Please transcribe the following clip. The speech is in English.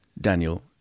Daniel